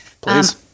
please